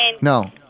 no